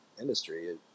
industry